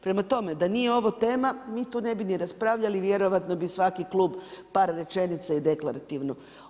Prema tome, da nije ovo tema, mi tu ne bi ni raspravljali i vjerovatno bi svaki klub par rečenica i deklarativno.